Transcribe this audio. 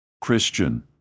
Christian